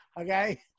okay